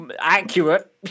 Accurate